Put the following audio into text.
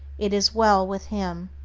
it is well with him.